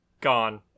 gone